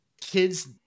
kids –